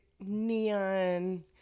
neon